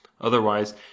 otherwise